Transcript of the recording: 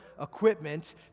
equipment